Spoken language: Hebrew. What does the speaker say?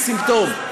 התאגיד זה סימפטום.